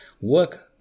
work